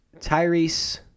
Tyrese